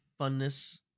funness